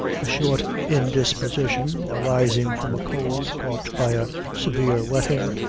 a short indisposition, arising from a cold caught by a severe wetting,